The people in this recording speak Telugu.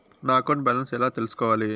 నా అకౌంట్ బ్యాలెన్స్ ఎలా తెల్సుకోవాలి